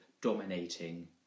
dominating